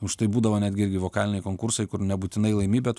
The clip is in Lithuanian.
už tai būdavo netgi gi vokaliniai konkursai kur nebūtinai laimi bet